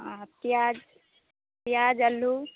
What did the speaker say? प्याज़ प्याज़ अल्लू